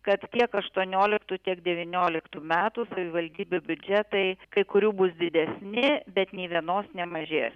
kad tiek aštuonioliktų tiek devynioliktų metų savivaldybių biudžetai kai kurių bus didesni bet nė vienos nemažės